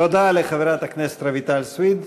תודה לחברת הכנסת רויטל סויד.